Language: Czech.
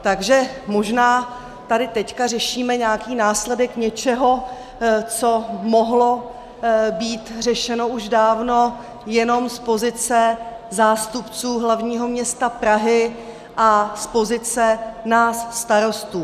Takže možná tady teď řešíme následek něčeho, co mohlo být řešeno už dávno jenom z pozice zástupců hlavního města Prahy a z pozice nás starostů.